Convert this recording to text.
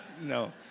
no